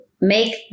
make